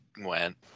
went